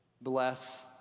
Bless